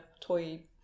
toy